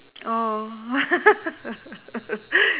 oh